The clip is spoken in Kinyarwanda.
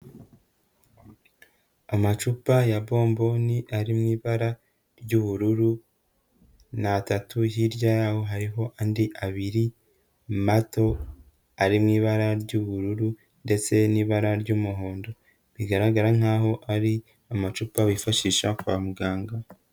Amacupa ya bomboni ari mu ibara ry'ubururu, ni atatu, hirya yaho hariho andi abiri mato, ari mu ibara ry'ubururu ndetse n'ibara ry'umuhondo, bigaragara nk'aho ari amacupa bifashisha kwa muganga.